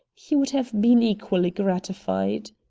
he would have been equally gratified.